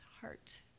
heart